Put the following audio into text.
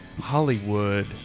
Hollywood